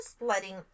letting